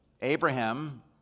Abraham